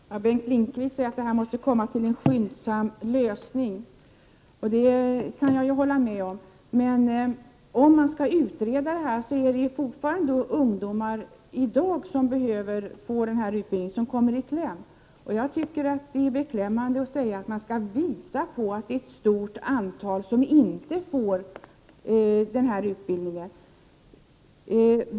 Herr talman! Bengt Lindqvist säger att frågan måste få en skyndsam lösning. Det kan jag hålla med om. Men om frågan skall utredas, kommer fortfarande de ungdomar som behöver denna utbildning nu i kläm. Jag tycker att det är beklämmande att det skall behöva visas att ett stort antal ungdomar inte får den här utbildningen.